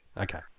Okay